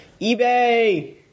eBay